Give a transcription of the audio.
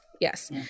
Yes